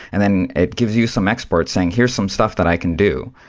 and then it gives you some exports saying, here's some stuff that i can do.